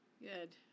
good